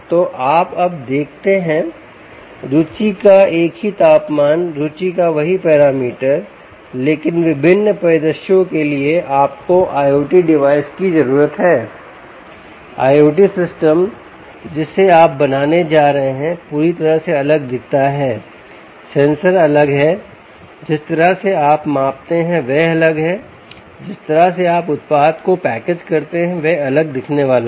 तो आप अब देखते हैं रुचि का एक ही तापमान रुचि का वही पैरामीटर लेकिन विभिन्न परिदृश्यों के लिए आप को IOT डिवाइस की जरूरत है IOT सिस्टम जिसे आप बनाने जा रहे हैं पूरी तरह से अलग दिखता है सेंसर अलग है जिस तरह से आप मापते हैं वह अलग है जिस तरह से आप उत्पाद को पैकेज करते हैं वह अलग दिखने वाला है